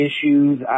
issues